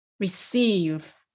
receive